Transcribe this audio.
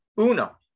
Uno